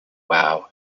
wow